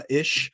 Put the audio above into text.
ish